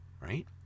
right